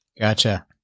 Gotcha